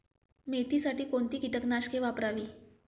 मेथीसाठी कोणती कीटकनाशके वापरावी?